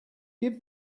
give